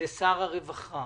לשר הרווחה,